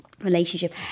relationship